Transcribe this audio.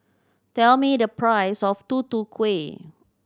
tell me the price of Tutu Kueh